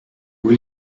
will